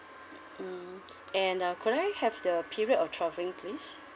mm and uh could I have the period of travelling please